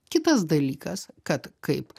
kitas dalykas kad kaip